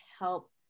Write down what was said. help